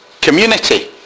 community